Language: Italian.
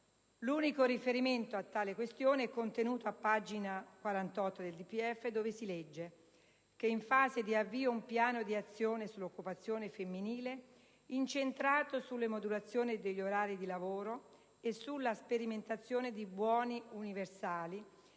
L'unico riferimento a tale questione è contenuto a pagina 48 del DPEF, dove si legge che «è in fase di avvio un piano di azione sull'occupazione femminile incentrato sulla modulazione degli orari di lavoro e sulla sperimentazione di buoni universali